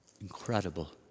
incredible